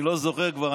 אני לא זוכר כבר,